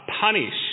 punish